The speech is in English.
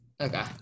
Okay